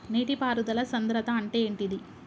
నీటి పారుదల సంద్రతా అంటే ఏంటిది?